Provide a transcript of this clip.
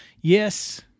yes